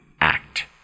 act